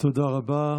תודה רבה.